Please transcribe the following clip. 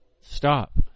stop